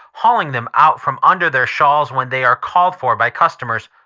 hauling them out from under their shawls when they are called for by customers.